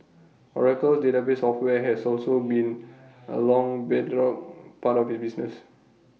Oracle's database software has been A long bedrock part of its business